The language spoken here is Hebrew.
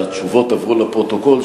שהתשובות עברו לפרוטוקול,